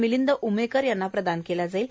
मिलिंद उमेकर यांना प्रदान केला जाईल